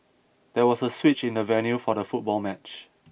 there was a switch in the venue for the football match